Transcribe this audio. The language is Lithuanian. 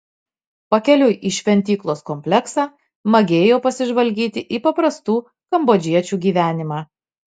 pakeliui į šventyklos kompleksą magėjo pasižvalgyti į paprastų kambodžiečių gyvenimą